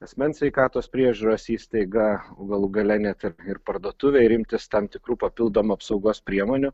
asmens sveikatos priežiūros įstaiga galų gale net ir ir parduotuvė ir imtis tam tikrų papildomų apsaugos priemonių